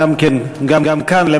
גם כאן,